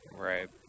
right